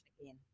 again